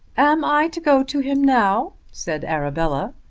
am i to go to him now? said arabella.